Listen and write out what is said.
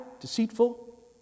deceitful